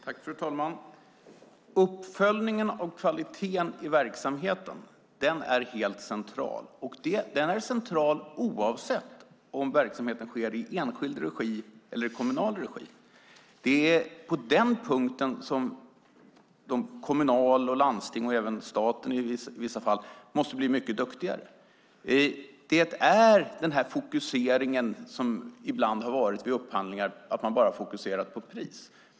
Fru talman! Uppföljningen av kvaliteten i verksamheten är helt central. Den är central oavsett om verksamheten sker i enskild eller kommunal regi. Det är det som kommunerna, landstingen och i vissa fall staten måste bli mycket duktigare på. Vid upphandlingar fokuserar man ibland bara på priset.